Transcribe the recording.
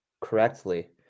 correctly